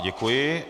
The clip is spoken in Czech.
Děkuji.